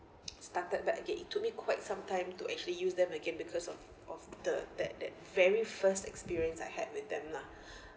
started back again it took me quite some time to actually use them again because of of the that that very first experience I had with them lah